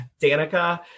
Danica